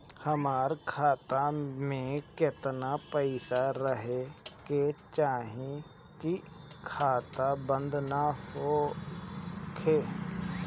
हमार खाता मे केतना पैसा रहे के चाहीं की खाता बंद ना होखे?